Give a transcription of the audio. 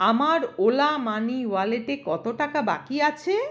আমার Ola money ওয়ালেটে কতো টাকা বাকি আছে